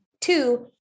two